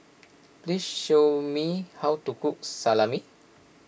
please show me how to cook Salami